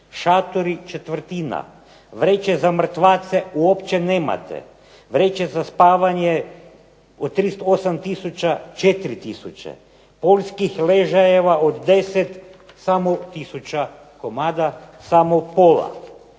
šatori četvrtina, vreće za mrtvace uopće nemate, vreće za spavanje od 38 tisuća, 4 tisuće, poljskih ležajeva od 10 samo tisuća komada, samo pola,